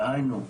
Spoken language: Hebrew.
דהיינו,